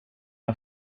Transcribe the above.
att